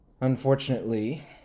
unfortunately